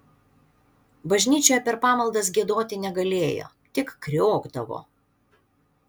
bažnyčioje per pamaldas giedoti negalėjo tik kriokdavo